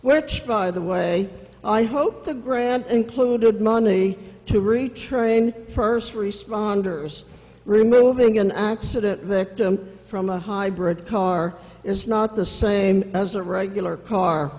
cheap by the way i hope the grant included money to retrain first responders removing an accident victim from a hybrid car is not the same as a regular car